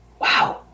Wow